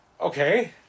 Okay